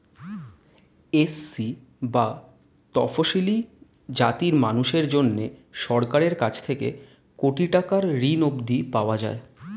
SC বা তফশিলী জাতির মানুষদের জন্যে সরকারের কাছ থেকে কোটি টাকার ঋণ অবধি পাওয়া যায়